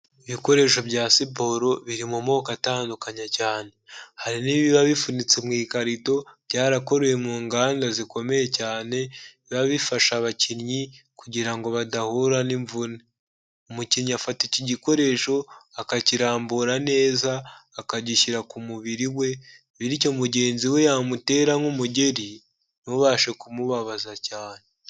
Ibikoresho bya siporo biri mu moko atandukanye cyane, hari n'ibiba bifunitse mu ikarito byarakorewe mu nganda zikomeye cyane biba bifasha abakinnyi kugira ngo badahura n'imvune. Umukinnyi afata iki gikoresho akakirambura neza akagishyira ku mubiri we bityo mugenzi we yamutera nk'umugeri ntubashe kumubabaza cyane.